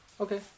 Okay